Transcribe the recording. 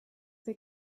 they